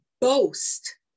boast